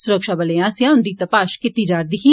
सुरक्षाबलें आस्सेआ उन्दी तपाश कीती जारदी ही